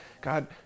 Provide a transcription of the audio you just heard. God